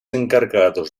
encargados